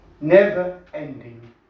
never-ending